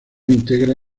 integra